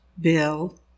Bill